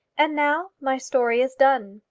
and now my story is done.